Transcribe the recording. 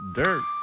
dirt